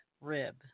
rib